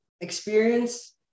experience